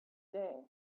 day